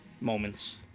moments